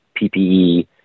PPE